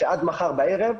עד מחר בערב,